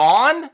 on